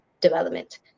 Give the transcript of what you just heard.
development